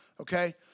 okay